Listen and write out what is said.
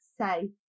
say